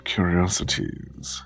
Curiosities